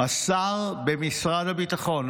השר במשרד הביטחון,